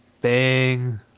Bang